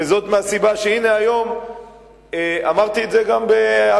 וזאת מהסיבה, הנה, היום אמרתי את זה גם בעכו.